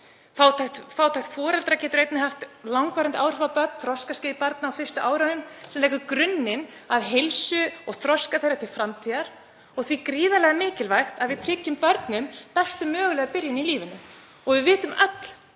Fátækt foreldra getur einnig haft langvarandi áhrif á börn, þroskaskeið barna á fyrstu árunum sem leggur grunninn að heilsu og þroska þeirra til framtíðar og því er gríðarlega mikilvægt að við tryggjum börnum bestu mögulega byrjun í lífinu. Við vitum